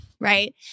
Right